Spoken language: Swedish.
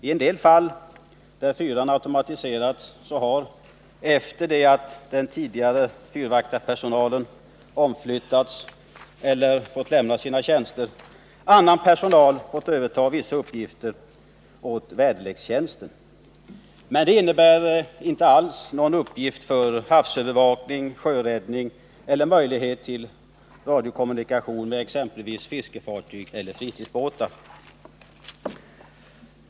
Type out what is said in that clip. I en del fall där fyrarna automatiserats har efter det att den tidigare fyrvaktarpersonalen omflyttats eller lämnat sina tjänster annan personal fått överta vissa uppgifter åt väderlekstjänsten. Det innebär emellertid inte alls något arbete för havsövervakning och sjöräddning eller någon möjlighet till radiokommunikation med exempelvis fiskefartyg och fritidsbåtar.